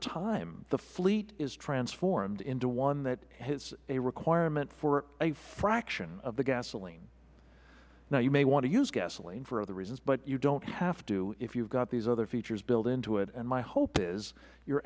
time the fleet is transformed into one that has a requirement for a fraction of the gasoline now you may want to use gasoline for other reasons but you do not have to if you have got these other features built into it my hope is you